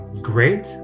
great